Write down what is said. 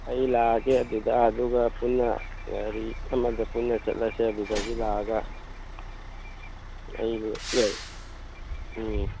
ꯑꯩ ꯂꯥꯛꯑꯒꯦ ꯑꯗꯨꯗ ꯑꯗꯨꯒ ꯄꯨꯟꯅ ꯒꯥꯔꯤ ꯑꯃꯗ ꯄꯨꯟꯅ ꯆꯠꯂꯁꯤ ꯑꯗꯨꯗꯒꯤ ꯂꯥꯛꯑꯒ ꯑꯩ ꯎꯝ ꯎꯝ